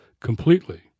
completely